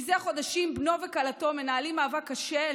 זה חודשים בנו וכלתו מנהלים מאבק קשה אל